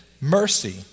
mercy